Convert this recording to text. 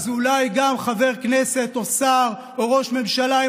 אז אולי גם חבר כנסת או שר או ראש ממשלה,